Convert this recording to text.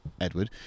Edward